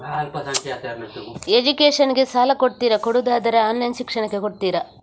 Education ಗೆ ಸಾಲ ಕೊಡ್ತೀರಾ, ಕೊಡುವುದಾದರೆ ಆನ್ಲೈನ್ ಶಿಕ್ಷಣಕ್ಕೆ ಕೊಡ್ತೀರಾ?